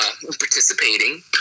participating